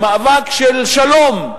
במאבק של שלום,